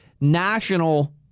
national